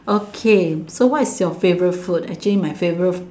okay so what is your favourite food actually my favourite